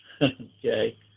Okay